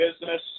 business